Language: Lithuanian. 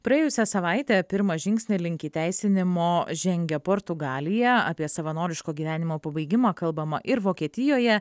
praėjusią savaitę pirmą žingsnį link įteisinimo žengė portugalija apie savanoriško gyvenimo pabaigimą kalbama ir vokietijoje